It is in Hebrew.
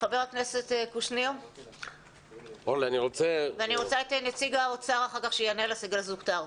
חבר הכנסת קושניר ואחר כך נציג האוצר שיענה לגבי הסגל הזוטר.